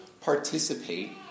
participate